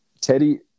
Teddy